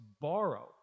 borrow